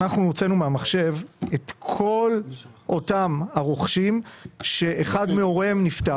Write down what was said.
אנחנו הוצאנו מהמחשב את כל אותם הרוכשים שאחד מהוריהם נפטר.